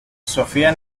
sofía